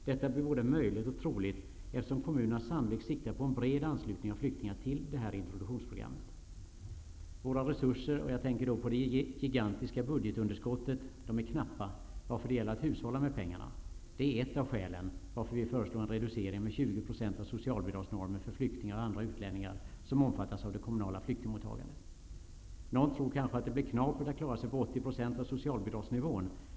Detta blir både möjligt och troligt, eftersom kommunerna sannolikt siktar på en bred anslutning av flyktingarna till introduktionsprogrammet. Våra resurser -- jag tänker då på det gigantiska budgetunderskottet -- är dessutom knappa, varför det gäller att hushålla med pengarna. Det är ett av skälen till att vi föreslår en reducering med 20 % av socialbidragsnormen för flyktingar och andra utlänningar som omfattas av det kommunala flyktingmottagandet. Någon tror kanske att det blir knapert att klara sig på 80 % av socialbidragsnivån.